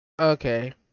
Okay